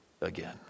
again